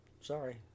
Sorry